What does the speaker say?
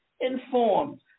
informed